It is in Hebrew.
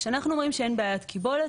כשאנחנו רואים שאין בעיית קיבולת,